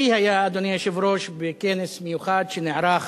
השיא היה, אדוני היושב-ראש, בכנס מיוחד שנערך